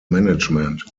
management